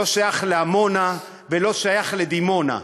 לא שייך לעמונה ולא שייך לדימונה,